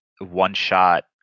one-shot